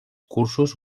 cursos